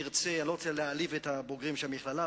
אני לא רוצה להעליב את הבוגרים של המכללה,